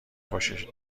خوشش